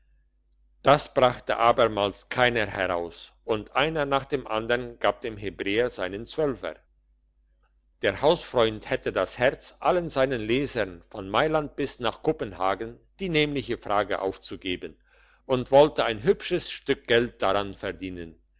das brachte abermal keiner heraus und einer nach dem andern gab dem hebräer seinen zwölfer der hausfreund hätte das herz allen seinen lesern von mailand bis nach kopenhagen die nämliche frage aufzugeben und wollte ein hübsches stück geld daran verdienen